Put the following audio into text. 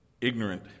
ignorant